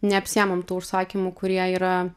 neapsiėmam tų užsakymų kurie yra